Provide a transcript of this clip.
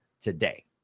today